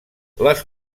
les